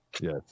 Yes